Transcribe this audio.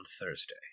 Thursday